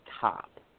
top